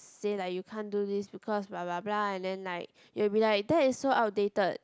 say like you can't do this because blah blah blah and then like you'll be like that is so outdated